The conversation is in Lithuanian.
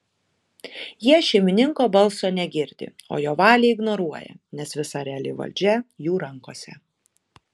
jie šeimininko balso negirdi o jo valią ignoruoja nes visa reali valdžia jų rankose